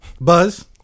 Buzz